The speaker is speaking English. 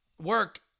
work